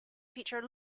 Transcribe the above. feature